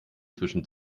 zwischen